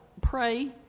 pray